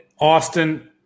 Austin